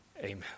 Amen